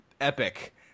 epic